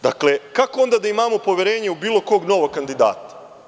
Dakle, kako onda da imamo poverenje u bilo kog novog kandidata?